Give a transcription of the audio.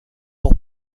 pour